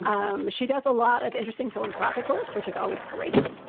um she does a lot of interesting philanthropic work, which is always great.